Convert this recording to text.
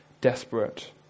desperate